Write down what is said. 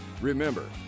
remember